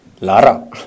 Lara